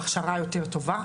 הכשרה יותר טובה,